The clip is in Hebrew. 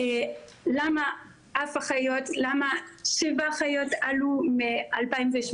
למה שבע אחיות עלו מ-2018?